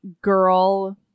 girl